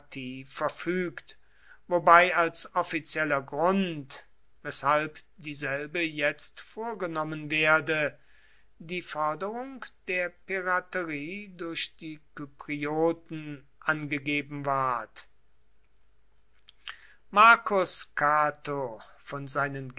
demokratie verfügt wobei als offizieller grund weshalb dieselbe jetzt vorgenommen werde die förderung der piraterie durch die kyprioten angegeben ward marcus cato von seinen